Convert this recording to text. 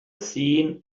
seen